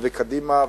וקדימה.